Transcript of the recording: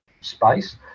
space